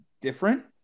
different